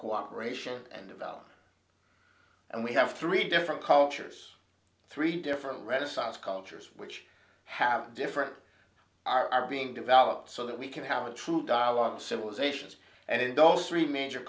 cooperation and development and we have three different cultures three different renaissance cultures which have different are being developed so that we can have a true dialogue of civilizations and those three major